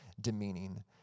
demeaning